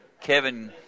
kevin